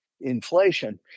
inflation